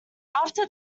after